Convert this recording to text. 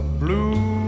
blue